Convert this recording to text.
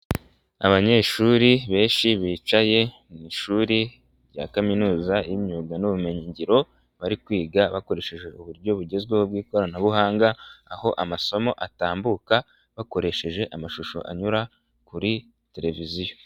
Abanyeshuri benshi bicaye mu ishuri rya kaminuza y'imyuga n'ubumenyingiro bari kwiga bakoresheje uburyo bugezweho bw'ikoranabuhanga aho amasomo atambuka bakoresheje amashusho anyura kuri televiziyo.